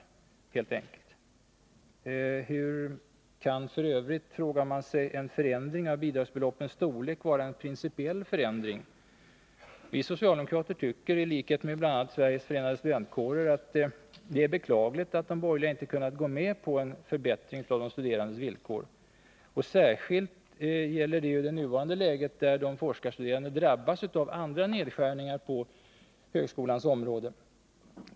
Hur kan f. ö., frågar man sig, en förändring av bidragsbeloppens storlek i sig vara en principiell förändring? Vi socialdemokrater tycker, i likhet med bl.a. Sveriges Förenade studentkårer, att det är beklagligt att de borgerliga inte kunnat gå med på en förbättring av de studerandes villkor, och det gäller särskilt i nuvarande läge, där de forskarstuderande drabbas av andra nedskärningar inom högskolans område.